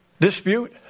dispute